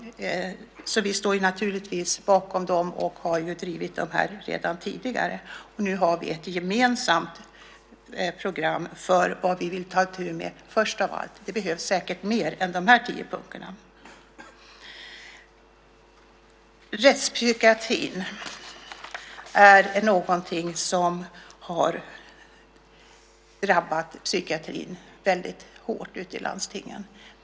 Vi står naturligtvis bakom dem och har också drivit dem tidigare. Nu har vi ett gemensamt program för vad vi först av allt vill ta itu med. Det behövs säkert mer än vad som föreslås i dessa tio punkter. Rättspsykiatrin har drabbat psykiatrin i landstingen hårt.